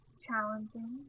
challenging